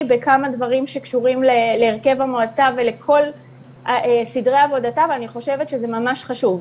בכמה דברים שקשורים להרכב המועצה ולכל סדרי עבודתה וזה ממש חשוב.